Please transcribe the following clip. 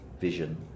vision